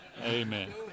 Amen